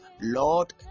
Lord